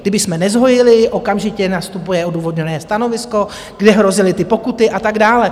Kdybychom nezhojili, okamžitě nastupuje odůvodněné stanovisko, kde hrozily ty pokuty a tak dále.